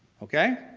okay?